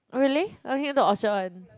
oh really I've been to the Orchard [one]